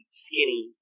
skinny